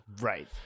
right